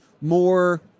more